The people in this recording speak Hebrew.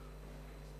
אני מסכים.